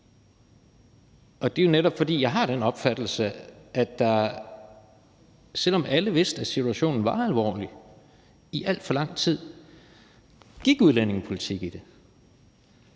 og det er jo, netop fordi jeg har den opfattelse, at der, selv om alle vidste, at situationen var alvorlig, i alt for lang tid gik udlændingepolitik i det,